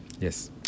Yes